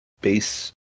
base